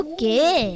Okay